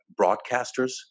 Broadcasters